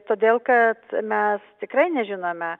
todėl kad mes tikrai nežinome